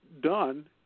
done